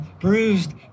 bruised